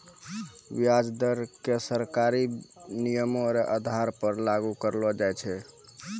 व्याज दर क सरकारी नियमो र आधार पर लागू करलो जाय छै